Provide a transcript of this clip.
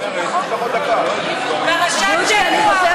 פרשת השבוע,